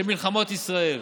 של מלחמות ישראל,